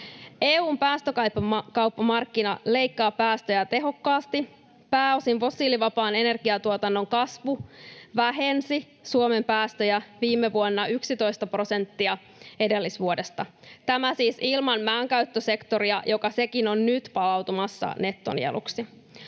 EU:n päästökauppamarkkina leikkaa päästöjä tehokkaasti. Pääosin fossiilivapaan energiantuotannon kasvu vähensi Suomen päästöjä viime vuonna 11 prosenttia edellisvuodesta — tämä siis ilman maankäyttösektoria, joka sekin on nyt palautumassa nettonieluksi.